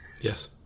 Yes